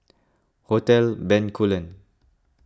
Hotel Bencoolen